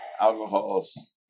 alcohols